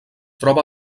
troba